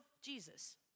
Jesus